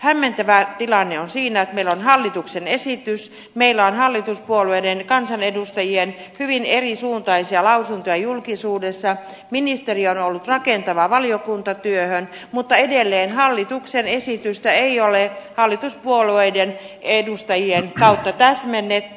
hämmentävää tilanne on siinä että meillä on hallituksen esitys meillä on hallituspuolueiden kansanedustajien hyvin erisuuntaisia lausuntoja julkisuudessa ministeriö on ollut rakentava valiokuntatyöhön mutta edelleenkään hallituksen esitystä ei ole hallituspuolueiden edustajien kautta täsmennetty